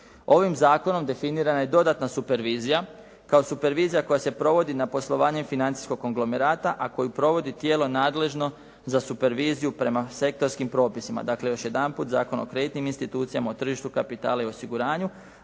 Ovim zakonom definirana je dodatna supervizija kao supervizija koja se provodi nad poslovanje financijskog konglomerata, a koju provodi tijelo nadležno za superviziju prema sektorskim propisima. Dakle još jedanput, Zakon o kreditnim institucijama, o tržištu kapitala i osiguranju,